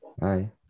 bye